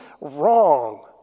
wrong